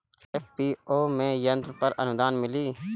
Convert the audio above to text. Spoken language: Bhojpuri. एफ.पी.ओ में यंत्र पर आनुदान मिँली?